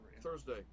Thursday